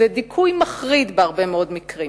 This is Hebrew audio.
ודיכוי מחריד בהרבה מאוד מקרים,